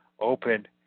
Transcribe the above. opened